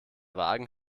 wagen